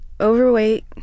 overweight